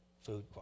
Food